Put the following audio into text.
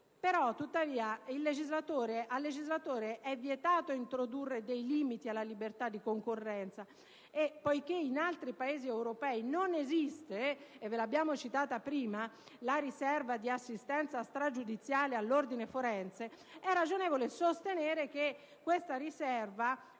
attività, ma gli è vietato introdurre dei limiti alla libertà di concorrenza e, poiché in altri Paesi europei non esiste (lo abbiamo citato prima) la riserva di assistenza stragiudiziale all'ordine forense, è ragionevole sostenere che questa riserva,